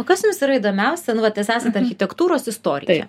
o kas jums yra įdomiausia nu vat jūs esat architektūros istorikė